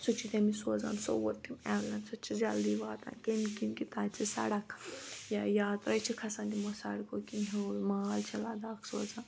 سُہ چھُ تٔمِس سوزان صووُر تِم ایمبولَنسہِ سۭتۍ چھِ جلدی واتان کٮ۪م کِنۍ کہِ تَتہِ چھِ سَڑک یا یا تَتہِ چھِ کھسان تِمو سَڑکو کِنۍ ہیوٚر مال چھِ لَداخ سوزان